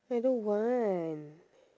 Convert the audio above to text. I don't want